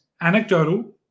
anecdotal